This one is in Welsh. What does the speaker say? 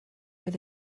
oedd